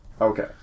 Okay